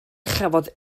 chafodd